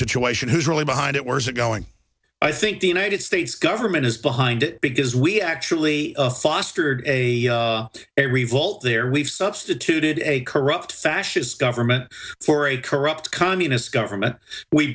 situation who's really behind it where's it going i think the united states government is behind it because we actually lost a revolt there we've substituted a corrupt fascist government for a corrupt communist government we